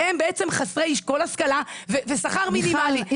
והם בעצם חסרי כל השכלה ושכר מינימלי.